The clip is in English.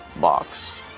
box